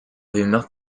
rumeurs